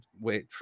wait